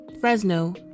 Fresno